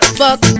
fuck